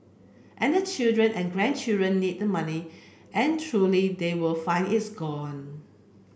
and the children and grandchildren need the money and truly they will find it's gone